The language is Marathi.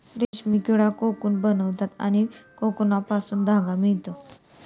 रेशीम किडा कोकून बनवतात आणि कोकूनपासून धागा मिळतो